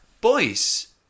Boys